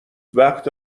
وقت